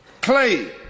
clay